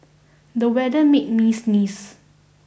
the weather made me sneeze